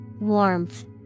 Warmth